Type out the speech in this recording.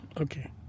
Okay